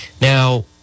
now